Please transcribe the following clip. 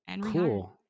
Cool